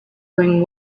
bring